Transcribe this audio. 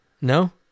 No